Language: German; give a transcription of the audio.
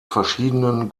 verschiedenen